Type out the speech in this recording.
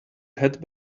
head